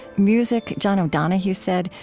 music, john o'donohue said,